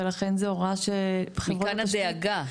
ולכן זה הוראה שחברות התשתית --- מכאן הדאגה.